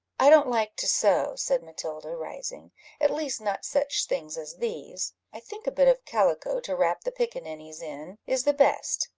i don't like to sew, said matilda, rising at least not such things as these i think a bit of calico to wrap the pickaninnies in is the best,